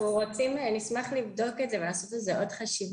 אנחנו נשמח לבדוק את זה ולעשות על זה עוד חשיבה,